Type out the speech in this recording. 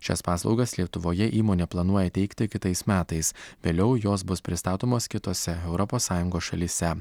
šias paslaugas lietuvoje įmonė planuoja teikti kitais metais vėliau jos bus pristatomos kitose europos sąjungos šalyse